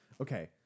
Okay